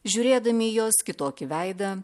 žiūrėdami į jos kitokį veidą